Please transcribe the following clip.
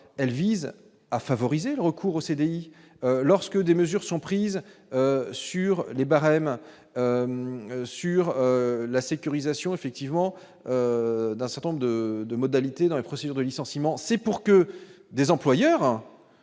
elle vise à favoriser le recours aux CDI lorsque des mesures sont prises sur les barèmes sur la sécurisation, effectivement d'un certain nombre de de modalités dans les procédures de licenciement, c'est pour que des employeurs